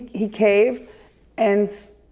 he caved and.